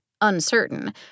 uncertain